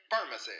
Pharmacy